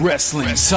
Wrestling